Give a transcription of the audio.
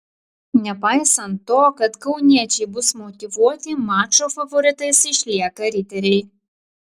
nepaisant to kad kauniečiai bus motyvuoti mačo favoritais išlieka riteriai